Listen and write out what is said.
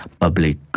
public